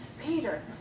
Peter